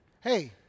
Hey